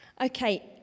Okay